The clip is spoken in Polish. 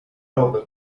rower